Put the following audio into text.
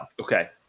Okay